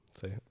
Say